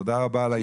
תודה רבה על הישיבה.